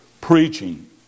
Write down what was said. preaching